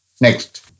Next